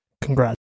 Congrats